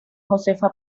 josefa